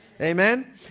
Amen